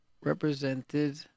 represented